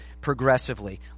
progressively